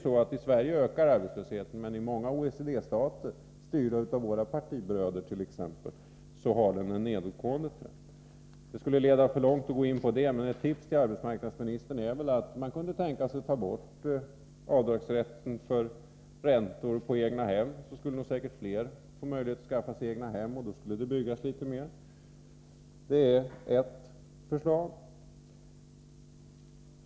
I Sverige ökar ju arbetslösheten, men i många OECD-stater, styrda av våra partibröder t.ex., har den en nedåtgående trend. Det skulle leda för långt att gå in på detta, men ett tips till arbetsmarknadsministern är att man kunde tänka sig att ta bort avdragsrätten för räntor på egnahem. Då skulle säkert fler få möjlighet att skaffa sig egnahem, och då skulle det byggas litet mer. Det är alltså ett förslag.